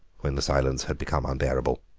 when the silence had become unbearable.